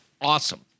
awesome